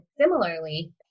similarly